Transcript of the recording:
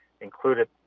included